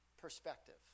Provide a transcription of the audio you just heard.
Perspective